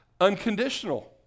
Unconditional